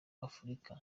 afurika